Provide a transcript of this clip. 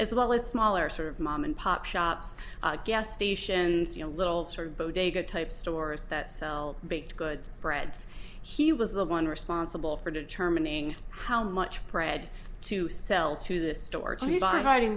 as well as smaller sort of mom and pop shops gas stations you know little sort of bodega type stores that sell baked goods breads he was the one responsible for determining how much pred to sell to the store to buy hiding